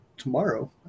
tomorrow